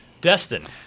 Destin